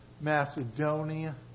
Macedonia